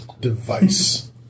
device